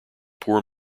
poor